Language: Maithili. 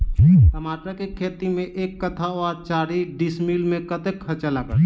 टमाटर केँ खेती मे एक कट्ठा वा चारि डीसमील मे कतेक खर्च लागत?